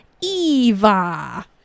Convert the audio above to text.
Eva